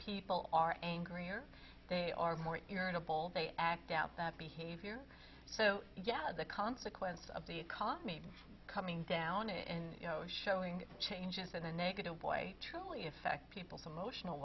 people are angry or they are more irritable they act out that behavior so yeah the consequence of the economy coming down in you know showing changes in a negative way truly effect people's emotional